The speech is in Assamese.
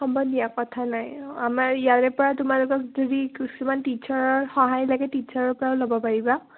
হ'ব দিয়া কথা নাই আমাৰ ইয়াৰে পৰা তোমালোকক যদি কিছুমান টিচাৰৰ সহায় লাগে টিচাৰৰ পৰাও ল'ব পাৰিবা